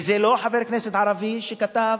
וזה לא חבר כנסת ערבי שכתב,